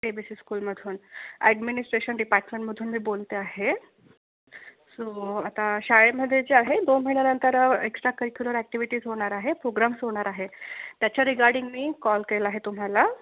ए B C स्कूलमधून administration डिपार्टमेंटमधून मी बोलते आहे सो आता शाळेमध्ये जे आहे दोन महिन्यानंतर एक्स्ट्रा करिक्युलर ऍक्टिव्हिटीज होणार आहे प्रोग्राम्स होणार आहे त्याच्या रिगार्डिंग मी कॉल केला आहे तुम्हाला